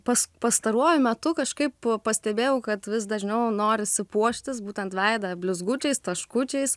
pas pastaruoju metu kažkaip pastebėjau kad vis dažniau norisi puoštis būtent veidą blizgučiais taškučiais